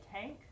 tank